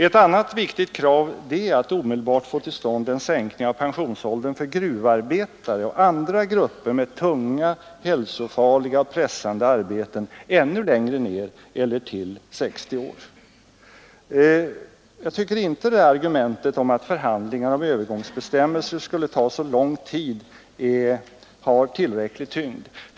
Ett annat viktigt krav är att omedelbart få till stånd en sänkning ännu längre ner, eller till 60 år, av pensionsåldern för gruvarbetare och andra grupper med tunga, hälsofarliga och pressande yrken. Jag tycker inte att argumentet att förhandlingar om övergångsbestämmelser skulle ta så lång tid har tillräcklig tyngd.